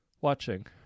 watching